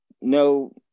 no